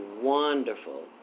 wonderful